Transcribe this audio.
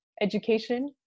Education